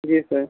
जी sir